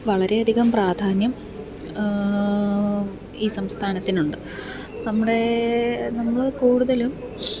വളരെ അധികം പ്രാധാന്യം ഈ സംസ്ഥാനത്തിനുണ്ട് നമ്മുടെ നമ്മൾ കൂടുതലും